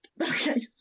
okay